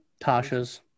Tasha's